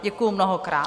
Děkuji mnohokrát.